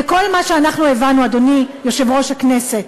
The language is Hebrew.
וכל מה שאנחנו הבנו, אדוני יושב-ראש הכנסת,